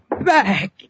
back